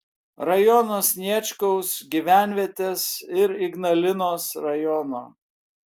rajono sniečkaus gyvenvietės ir ignalinos rajono